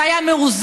זה היה מאוזן.